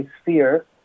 sphere